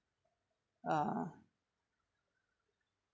uh